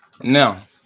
now